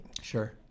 Sure